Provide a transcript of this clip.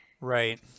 Right